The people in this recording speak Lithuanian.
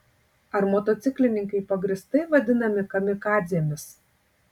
ar motociklininkai pagrįstai vadinami kamikadzėmis